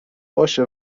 باشه